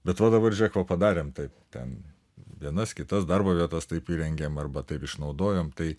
bet va dabar žiūrėk va padarėme taip ten vienas kitas darbo vietas taip įrengėm arba taip išnaudojom tai